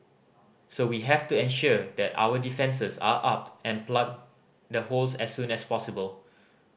so we have to ensure that our defences are up and plug the holes as soon as possible